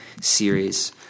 series